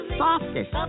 softest